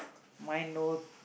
mine no